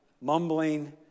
mumbling